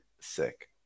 sick